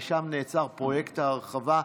ושם נעצר פרויקט ההרחבה.